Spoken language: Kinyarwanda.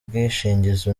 bwishingizi